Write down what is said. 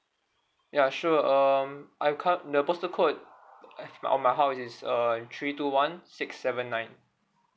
ya sure um I'm car the postal code I've of my house is err three two one six seven nine